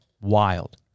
wild